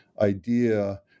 idea